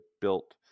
built